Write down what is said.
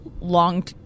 Long